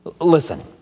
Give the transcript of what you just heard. Listen